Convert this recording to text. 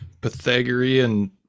Pythagorean